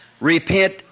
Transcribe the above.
Repent